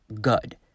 good